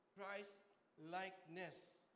Christ-likeness